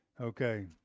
Okay